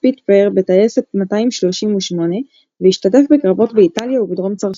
ספיטפייר בטייסת 238 והשתתף בקרבות באיטליה ובדרום צרפת.